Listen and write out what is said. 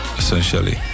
essentially